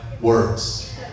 words